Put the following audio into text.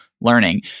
learning